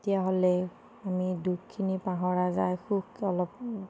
তেতিয়াহ'লে সেইখিনি দুখখিনি পাহৰা যায় সুখকে অলপ